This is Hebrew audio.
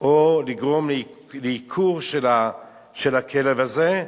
או לגרום לעיקור של הכלב הזה.